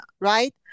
right